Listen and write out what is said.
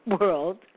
world